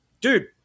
Dude